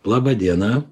laba diena